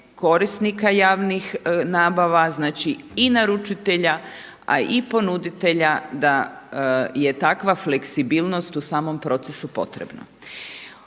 korisnika javnih nabava, znači i naručitelja a i ponuditelja da je takva fleksibilnost u samom procesu potrebna.